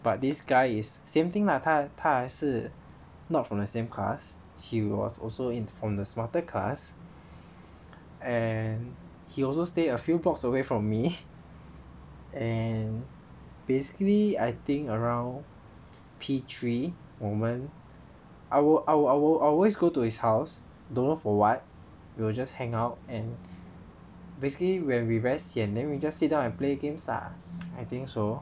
but this guy is same thing lah 他他也是 not from the same cause he was also in from the smarter class and he also stay a few blocks away from me and basically I think around P three 我们 I will I will I will always go to his house don't for what we will just hang out and basically when we very sian then we just sit down and play games lah I think so